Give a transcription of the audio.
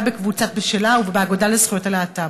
בקבוצת "בשלה" ובאגודה לזכויות הלהט"ב.